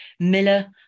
Miller